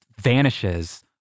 vanishes